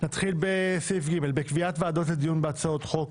נתחיל בסעיף ג', בקביעת ועדות לדין בהצעות חוק.